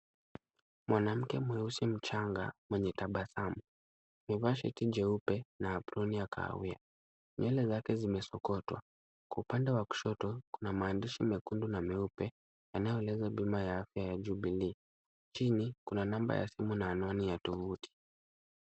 Mwanamke mweusi mchanga mwenye tabasamu amevaa shati jeupe na aproni ya kahawia. Nywele zake zimesokotwa, kwa upande wa kushoto kuna maandishi mekundu na meupe yanayolenga bima ya afya ya Jubilee. Chini kuna namba ya simu na anwani ya tovuti.